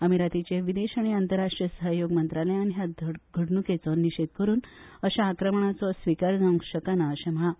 अमिरातीचे विदेश आनी आंतरराष्ट्रीय सहयोग मंत्रालयान ह्या घडणुकेचो निशेध करून अशा आक्रमणाचो स्विकार जावंक शकना अशें म्हळां